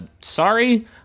sorry